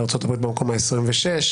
ארצות הברית במקום ה-26,